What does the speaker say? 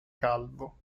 calvo